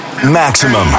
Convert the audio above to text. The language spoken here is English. Maximum